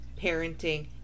parenting